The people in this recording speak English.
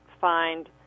find